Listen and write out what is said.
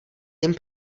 jim